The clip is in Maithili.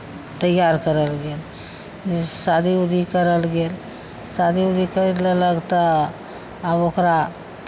तैयार करल गेल जैसे शादी उदी करल गेल शादी उदी करि लेलक तऽ आब ओकरा